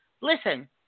Listen